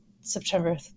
September